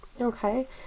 Okay